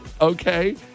Okay